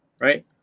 Right